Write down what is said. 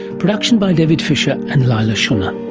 production by david fisher and leila shunnar.